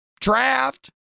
draft